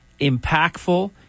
impactful